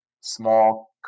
small